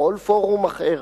ובכל פורום אחר.